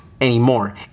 anymore